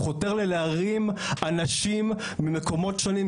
הוא חותר להרים אנשים ממקומות שונים,